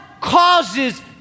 causes